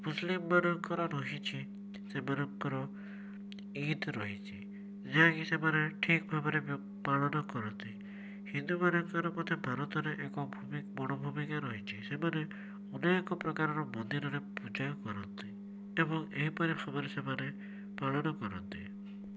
ମୁସଲିମ ମାନଙ୍କର ରହିଛି ସେମାନଙ୍କର ଇଦ ରହିଛି ଯାହାକି ସେମାନେ ଠିକ ଭାବରେ ବେ ପାଳନ କରନ୍ତି ହିନ୍ଦୁମାନଙ୍କର ମଧ୍ୟ ଭାରତରେ ଏକ ଭୂମି ବଡ଼ ଭୂମିକା ରହିଚି ସେମାନେ ଅନେକ ପ୍ରକାରର ମନ୍ଦିରରେ ପୂଜା କରନ୍ତି ଏବଂ ଏହିପରି ଭାବରେ ସେମାନେ ପାଳନ କରନ୍ତି